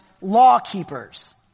law-keepers